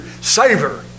savor